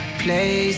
place